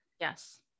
Yes